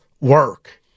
work